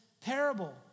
parable